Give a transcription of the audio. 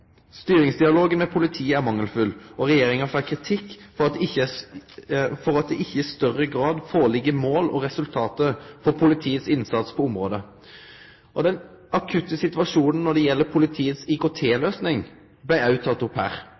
Styringsdialogen med politiet er mangelfull, og regjeringa får kritikk for at det ikkje i større grad ligg føre mål og resultat for politiets innsats på området. Den akutte situasjonen når det gjeld politiets IKT-løysing, blei òg teken opp her.